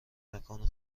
مکان